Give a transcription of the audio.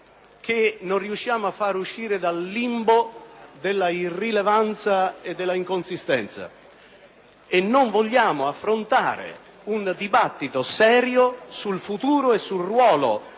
che non riusciamo a far uscire dal limbo della irrilevanza e della inconsistenza. Non vogliamo affrontare un dibattito serio sul futuro e sul ruolo